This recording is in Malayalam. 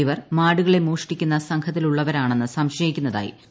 ഇവർ മാടുകളെ മോഷ്ടിക്കുന്ന സംഘത്തിലുളളവരാണെന്നു സംശയിക്കുന്നതായി അറിയിച്ചു